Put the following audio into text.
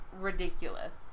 ridiculous